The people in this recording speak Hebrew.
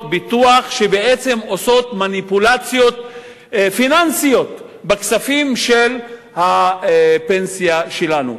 ביטוח שבעצם עושות מניפולציות פיננסיות בכספים של הפנסיה שלנו.